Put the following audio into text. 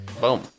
Boom